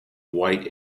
white